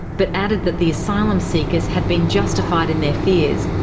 but added that the asylum seekers had been justified in their fears,